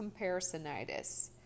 comparisonitis